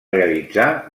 realitzar